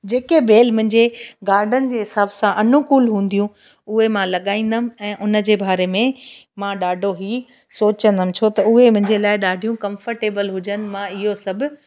जेके बेल मुंहिंजे गार्डन जे हिसाब सां अनुकुल हूंदियूं उहे मां लॻाईंदमि ऐं उन जे बारे में मां ॾाढो ई सोचींदमि छो त उहे मुंहिंजे लाइ ॾाढियूं कंफर्टेबल हुजनि मां इहो सभु